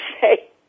say